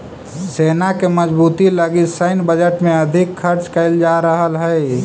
सेना के मजबूती लगी सैन्य बजट में अधिक खर्च कैल जा रहल हई